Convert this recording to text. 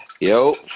Yo